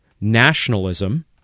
nationalism